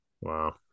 Wow